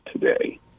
today